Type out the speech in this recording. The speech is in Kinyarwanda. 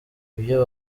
ibyo